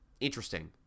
interesting